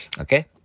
Okay